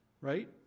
right